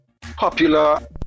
popular